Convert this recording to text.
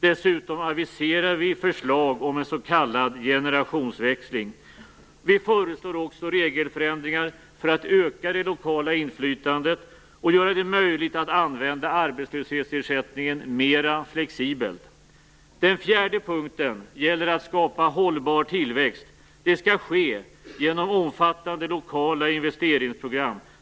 Dessutom aviserar vi förslag om en s.k. generationsväxling. Vi föreslår också regelförändringar för att öka det lokala inflytandet och göra det möjligt att använda arbetslöshetsersättningen mer flexibelt. Den fjärde punkten gäller att skapa hållbar tillväxt. Det skall ske genom omfattande lokala investeringsprogram.